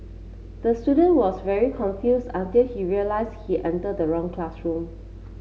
the student was very confused until he realised he entered the wrong classroom